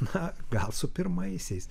na gal su pirmaisiais